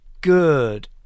good